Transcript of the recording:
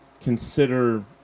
consider